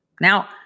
Now